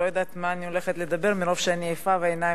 שתכין אותה לקריאה השנייה והשלישית.